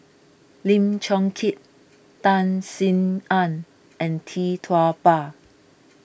Lim Chong Keat Tan Sin Aun and Tee Tua Ba